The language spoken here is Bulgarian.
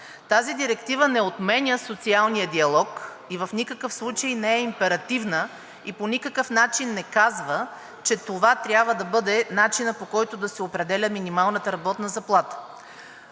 Тази директива не отменя социалния диалог и в никакъв случай не е императивна, и по никакъв начин не казва, че това трябва да бъде начинът, по който да се определя минималната работна заплата.